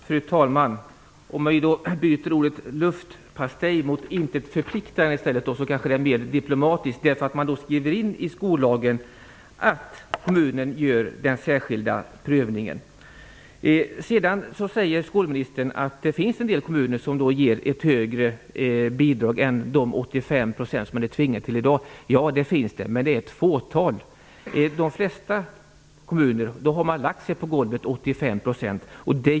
Fru talman! Låt mig då byta ordet luftpastej mot intet förpliktande. Då blir det kanske mer diplomatiskt. Man skriver in i skollagen att kommunen gör den särskilda prövningen. Skolministern säger att det finns en del kommuner som ger ett högre bidrag än de 85 % som man är tvingad att ge i dag. Ja, det finns det, men det är ett fåtal. De flesta kommuner har lagt sig på golvet 85 %.